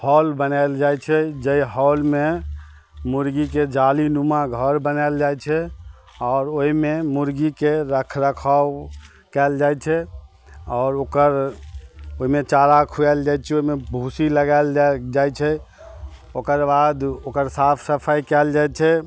hall बनाएल जाइत छै जाहि हॉलमे मुर्गीके जाली नुमा घर बनाएल जाइ छै आओर ओहिमे मुर्गीके रख रखाव कयल जाइत छै आओर ओकर ओहिमे चारा खुआएल जाइत छै ओहिमे भूसी लगाएल जाइत छै ओकर बाद ओकर साफ सफाइ कयल जाइत छै